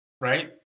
Right